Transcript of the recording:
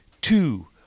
two